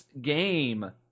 game